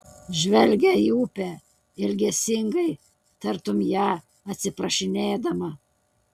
žvelgia į upę ilgesingai tartum ją atsiprašinėdama